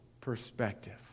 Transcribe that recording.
perspective